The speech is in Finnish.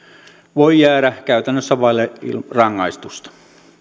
voi jäädä käytännössä vaille rangaistusta